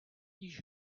již